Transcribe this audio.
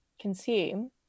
consume